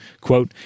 Quote